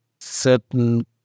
certain